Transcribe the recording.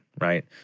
right